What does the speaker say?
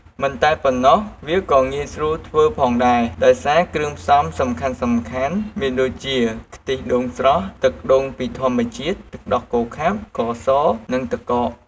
មិនតែប៉ុណ្ណោះ វាក៏ងាយស្រួលធ្វើផងដែរ ដោយសារគ្រឿងផ្សំសំខាន់ៗមានដូចជា ខ្ទិះដូងស្រស់ ទឹកដូងពីធម្មជាតិ ទឹកដោះគោខាប់ ស្ករស និងទឹកកក។